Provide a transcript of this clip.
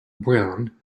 brown